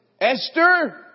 Esther